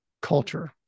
culture